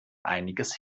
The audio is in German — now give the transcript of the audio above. einiges